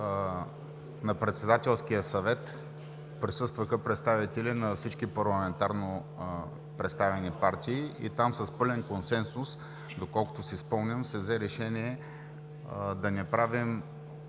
на Председателския съвет присъстваха представители на всички парламентарно представени партии и там с пълен консенсус, доколкото си спомням, се взе решение да не правим